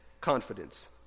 confidence